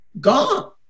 gone